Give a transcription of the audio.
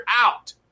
out